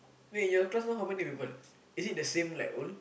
wait your class all how many people is it the same like old